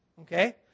okay